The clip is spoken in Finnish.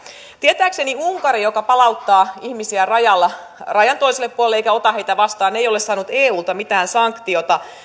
tietääkseni unkari joka palauttaa ihmisiä rajalla rajan toiselle puolelle eikä ota heitä vastaan ei ole saanut eulta mitään sanktiota